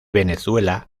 venezuela